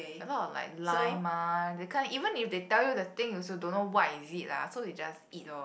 a lot of like lime mah that kind even if they tell you the thing you also don't know what is it lah so we just eat lor